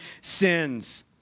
sins